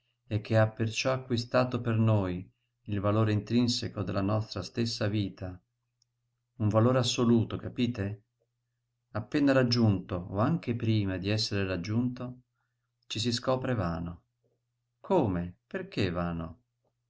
e che ha perciò acquistato per noi il valore intrinseco della nostra stessa vita un valore assoluto capite appena raggiunto o anche prima d'essere raggiunto ci si scopre vano come perché vano